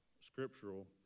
scriptural